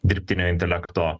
dirbtinio intelekto